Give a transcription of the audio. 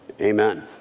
Amen